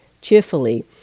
cheerfully